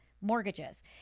mortgages